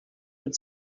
had